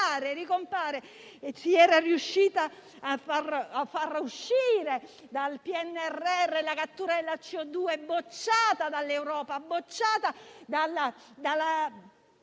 si era riusciti a far uscire dal PNRR la cattura della CO2, bocciata dall'Europa e dalla